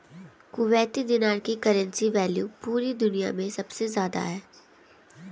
Kuwaiti dinar की currency value पूरी दुनिया मे सबसे ज्यादा है